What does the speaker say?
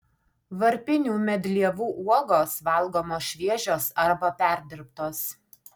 varpinių medlievų uogos valgomos šviežios arba perdirbtos